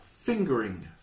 Fingering